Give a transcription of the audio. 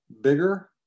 bigger